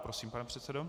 Prosím, pane předsedo.